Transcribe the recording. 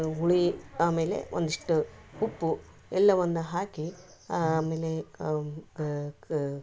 ಹುಳಿ ಆಮೇಲೆ ಒಂದಿಷ್ಟು ಉಪ್ಪು ಎಲ್ಲವನ್ನ ಹಾಕಿ ಆಮೇಲೆ ಕ ಕ ಕ